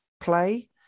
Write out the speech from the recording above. play